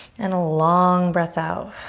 and a long breath out.